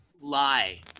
lie